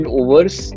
overs